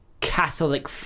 Catholic